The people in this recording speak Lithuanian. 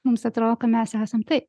mums atrodo kad mes esam tai